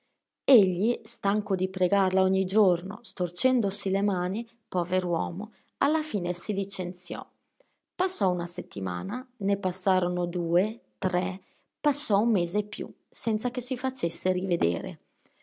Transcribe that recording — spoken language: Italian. egli stanco di pregarla ogni giorno storcendosi le mani pover'uomo alla fine si licenziò passò una settimana ne passarono due tre passò un mese e più senza che si facesse rivedere